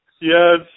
Yes